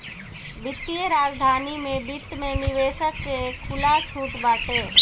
वित्तीय राजधानी में वित्त में निवेशक के खुला छुट बाटे